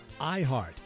iHeart